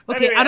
Okay